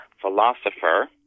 philosopher